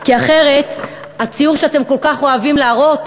כי אחרת הציור שאתם כל כך אוהבים להראות,